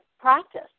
practice